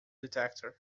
detector